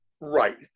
Right